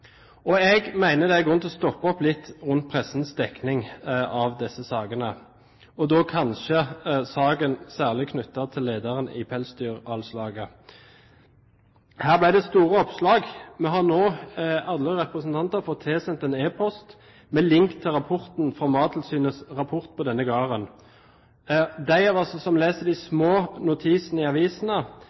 Jeg mener det er grunn til å stoppe opp litt ved pressens dekning av disse sakene, og da kanskje særlig saken knyttet til lederen i Pelsdyralslaget. Her ble det store oppslag. Vi har nå, alle representantene, fått tilsendt en e-post med link til rapporten fra Mattilsynet på denne gården. De av oss som leser de små notisene i